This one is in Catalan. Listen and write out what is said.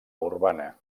urbana